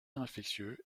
infectieux